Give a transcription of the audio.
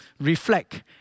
reflect